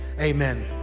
amen